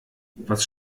was